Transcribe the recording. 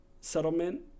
settlement